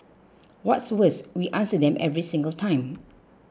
what's worse we answer them every single time